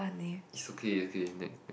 it's okay okay then